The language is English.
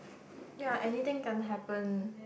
ya anything can happen